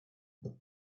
york